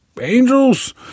Angels